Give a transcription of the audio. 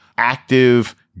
active